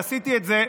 ועשיתי את זה,